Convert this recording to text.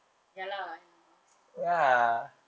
ya lah I know lah